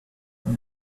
und